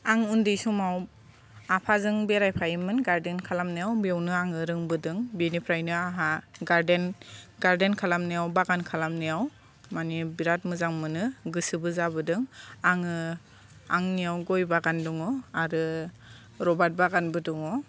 आं उन्दै समाव आफाजों बेरायफायोमोन गार्डेन खालामनायाव बेयावनो आङो रोंबोदों बेनिफ्रायनो आंहा गार्डेन गार्डेन खालामनायाव बागान खालामनायाव माने बिराद मोजां मोनो गोसोबो जाबोदों आङो आंनियाव गय बागान दङ आरो राबार बागानबो दङ